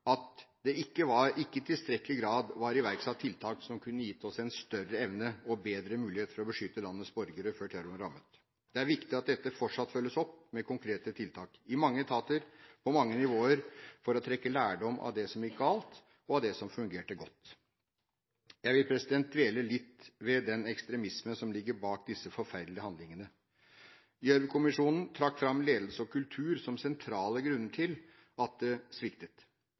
at det ikke i tilstrekkelig grad var iverksatt tiltak som kunne gitt en større evne og en bedre mulighet til å beskytte landets borgere, før terroren rammet. Det er viktig at dette fortsatt følges opp med konkrete tiltak i mange etater og på mange nivåer for å trekke lærdom av det som gikk galt, og av det som fungerte godt. Jeg vil dvele litt ved den ekstremisme som ligger bak disse forferdelige handlingene. Gjørv-kommisjonen trakk fram ledelse og kultur som sentrale grunner til at det sviktet.